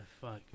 fuck